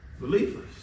believers